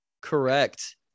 correct